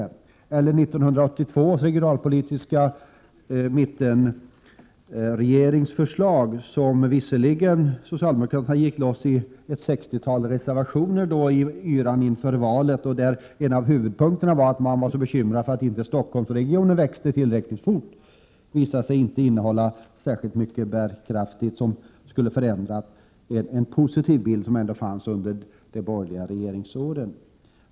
Jag tänker också på 1982 års mittenregerings regionalpolitiska förslag, där visserligen socialdemokraterna i yran inför valet kom loss i ett sextiotal reservationer — en av huvudpunkterna var bekymren över att Stockholmsregionen inte växte tillräckligt snabbt! — men de visade sig inte innehålla särskilt mycket bärkraftigt som skulle ha förändrat den positiva bild som ändå fanns under de borgerliga regeringsåren.